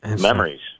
memories